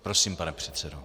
Prosím, pane předsedo.